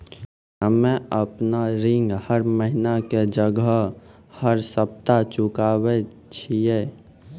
हम्मे आपन ऋण हर महीना के जगह हर सप्ताह चुकाबै छिये